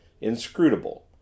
inscrutable